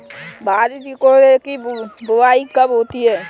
भारतीय करौदे की बुवाई कब होती है?